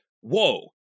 whoa